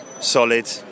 solid